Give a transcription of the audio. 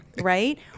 right